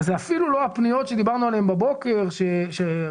אלה אפילו לא הפניות עליהן דיברנו בבוקר שאם